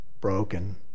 broken